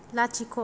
लाथिख'